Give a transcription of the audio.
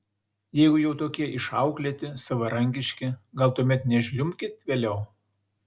jeigu jau tokie išauklėti savarankiški gal tuomet nežliumbkit vėliau